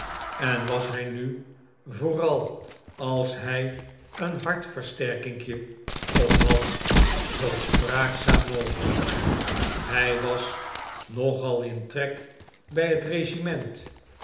en was hij nu vooral als hij een hartversterkingetje op had zoo spraakzaam mogelijk hij was nogal in trek bij het regiment